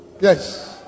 yes